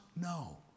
No